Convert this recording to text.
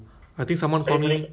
ya